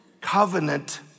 covenant